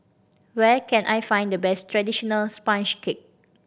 where can I find the best traditional sponge cake